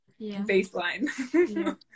baseline